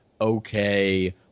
Okay